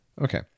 Okay